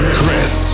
Chris